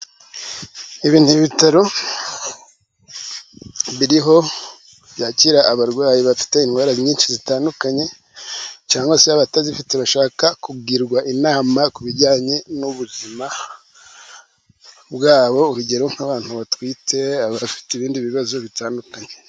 Ibi ni ibitaro biriho, byakira abarwayi bafite indwara nyinshi zitandukanye, cyangwa se abatazifite bashaka kugirwa inama, ku bijyanye n'ubuzima bwabo, urugero nk'abantu batwite, bafite ibindi bibazo bitandukanye.